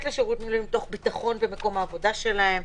לשירות מילואים תוך ביטחון במקום העבודה שלהם,